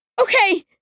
Okay